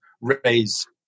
raise